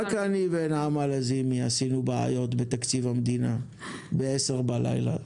רק נעמה לזימי ואני עשינו בעיות בתקציב המדינה ב-22:00 בלילה.